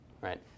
right